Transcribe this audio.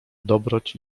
dobroć